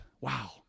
Wow